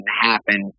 happen